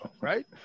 Right